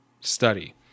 study